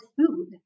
food